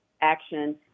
action